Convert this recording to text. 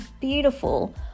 beautiful